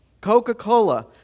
Coca-Cola